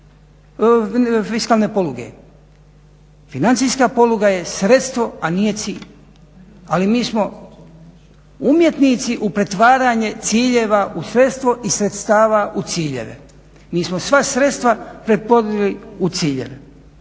Financijska poluga je sredstvo, a nije cilj ali mi smo umjetnici u pretvaranje ciljeva u sredstvo i sredstava u ciljeve. Mi smo sva sredstva pretvorili u ciljeve.